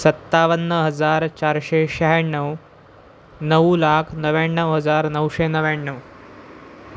सत्तावन्न हजार चारशे शहाण्णव नऊ लाख नव्याण्णव हजार नऊशे नव्याण्णव